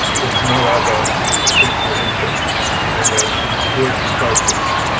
there's no other sensory input and they are completely focused